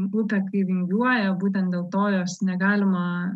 upė kai vingiuoja būtent dėl to jos negalima